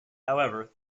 however